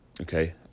Okay